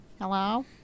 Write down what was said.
Hello